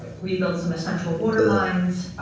rebuild some central water lines